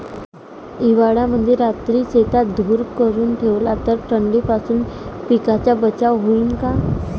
हिवाळ्यामंदी रात्री शेतात धुर करून ठेवला तर थंडीपासून पिकाचा बचाव होईन का?